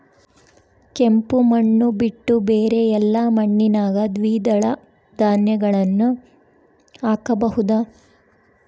ಕೆಂಪು ಮಣ್ಣು ಬಿಟ್ಟು ಬೇರೆ ಎಲ್ಲಾ ಮಣ್ಣಿನಾಗ ದ್ವಿದಳ ಧಾನ್ಯಗಳನ್ನ ಹಾಕಬಹುದಾ?